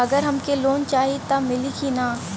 अगर हमके लोन चाही त मिली की ना?